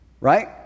right